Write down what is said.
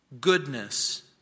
goodness